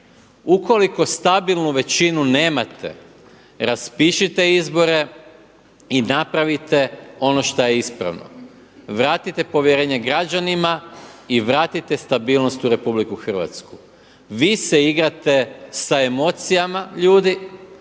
Ukoliko stabilnu većinu nemate, raspišite izbore i napravite ono šta je ispravno. Vratite povjerenje građanima i vratite stabilnost u RH. Vi se igrate sa emocijama ljudi,